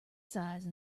size